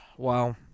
Wow